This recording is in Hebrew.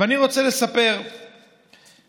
ואני רוצה לספר סיפור,